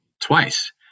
twice